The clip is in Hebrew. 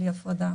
בלי הפרדה